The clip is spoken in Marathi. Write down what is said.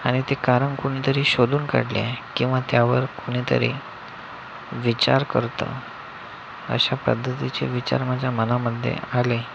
आणि ते कारण कुणीतरी शोधून काढले आहे किंवा त्यावर कुणीतरी विचार करतं अशा पद्धतीचे विचार माझ्या मनामध्ये आले